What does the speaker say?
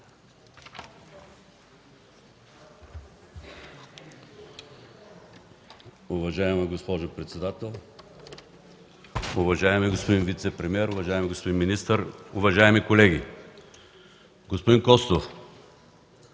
Уважаема госпожо председател, уважаеми господин вицепремиер, уважаеми господин министър, уважаеми колеги! Уважаеми господин